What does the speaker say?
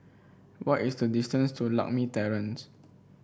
what is the distance to Lakme Terrace